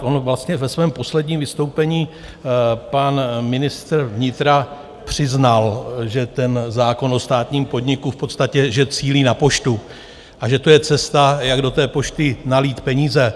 On vlastně ve svém posledním vystoupení pan ministr vnitra přiznal, že ten zákon o státním podniku v podstatě cílí na Poštu a že to je cesta, jak do té Pošty nalít peníze.